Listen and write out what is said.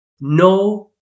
No